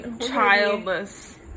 childless